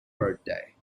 birthday